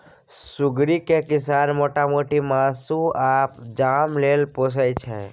सुग्गरि केँ किसान मोटा मोटी मासु आ चाम लेल पोसय छै